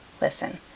Listen